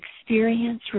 experience